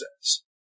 says